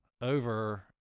over